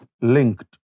linked